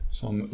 som